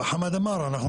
השר חאמד אמר, אנחנו